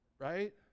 right